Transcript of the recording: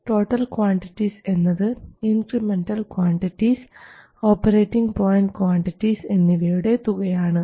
total quantities എന്നത് incremental quantities operating point quantities എന്നിവയുടെ തുക ആണ്